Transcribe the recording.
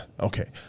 Okay